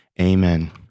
Amen